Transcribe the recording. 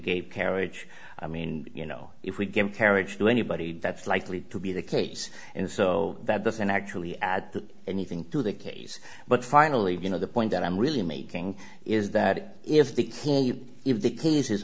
gave carriage i mean you know if we give carriage to anybody that's likely to be the case and so that doesn't actually add anything to the case but finally you know the point that i'm really making is that if the if the ca